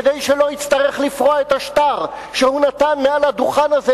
כדי שלא יצטרך לפרוע את השטר שהוא נתן מעל הדוכן הזה,